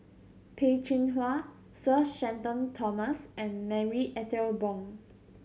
Peh Chin Hua Sir Shenton Thomas and Marie Ethel Bong